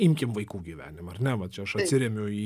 imkim vaikų gyvenimą ar ne čia aš atsiremiu į